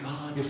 God